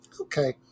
Okay